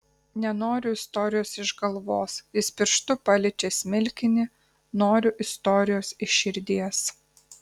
nenoriu istorijos iš galvos jis pirštu paliečia smilkinį noriu istorijos iš širdies